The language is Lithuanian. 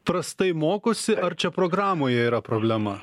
prastai mokosi ar čia programoje yra problema